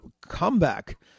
comeback